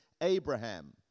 Abraham